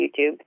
YouTube